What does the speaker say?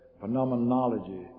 phenomenology